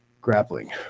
grappling